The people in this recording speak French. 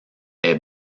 est